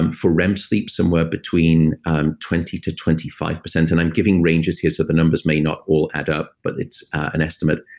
and for rem sleep, somewhere between twenty to twenty five and i'm giving ranges here, so the numbers may not all add up, but it's an estimate.